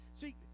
See